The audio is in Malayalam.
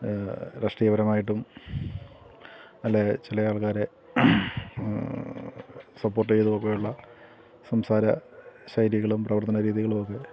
രാഷ്ട്രീയപരമായിട്ടും അല്ലേ ചില ആൾക്കാരെ സപ്പോർട്ട് ചെയ്തുമൊക്കെയുള്ള സംസാര ശൈലികളും പ്രവർത്തന രീതികളും ഒക്കെ